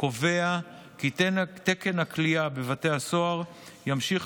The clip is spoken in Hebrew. קובע כי תקן הכליאה בבתי הסוהר ימשיך